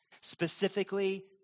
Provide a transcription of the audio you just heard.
specifically